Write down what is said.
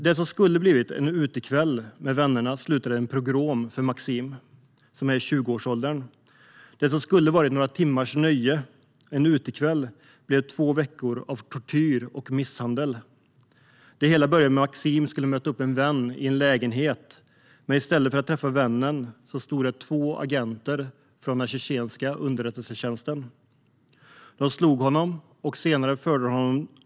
Det som skulle ha blivit en utekväll med vännerna slutade i en pogrom för Maksim, som är i 20-årsåldern. Det som skulle ha blivit några timmars nöje blev två veckor av tortyr och misshandel. Det hela började med att Maksim skulle möta en vän i en lägenhet, men där stod i stället två agenter från den tjetjenska underrättelsetjänsten. De slog honom och förde sedan bort honom.